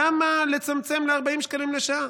למה לצמצם ל-40 שקלים לשעה?